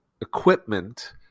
equipment